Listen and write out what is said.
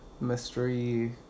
mystery